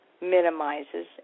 minimizes